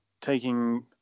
taking